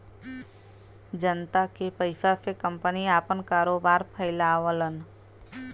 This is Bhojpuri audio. जनता के पइसा से कंपनी आपन कारोबार फैलावलन